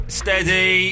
steady